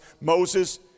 Moses